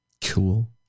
Cool